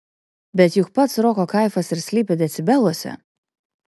bet juk pats roko kaifas ir slypi decibeluose